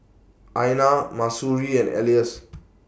Aina Mahsuri and Elyas